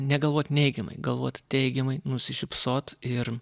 negalvot neigiamai galvot teigiamai nusišypsot ir